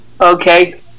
Okay